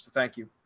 thank you.